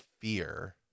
fear